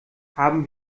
haben